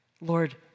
Lord